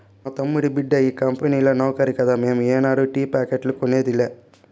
మా తమ్ముడి బిడ్డ ఈ కంపెనీల నౌకరి కదా మేము ఏనాడు టీ ప్యాకెట్లు కొనేదిలా